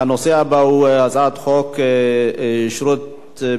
הצבעת, זה סוף